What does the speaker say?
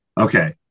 okay